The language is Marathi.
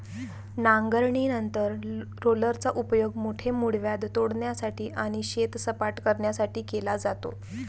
नांगरणीनंतर रोलरचा उपयोग मोठे मूळव्याध तोडण्यासाठी आणि शेत सपाट करण्यासाठी केला जातो